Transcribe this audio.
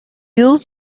used